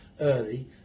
early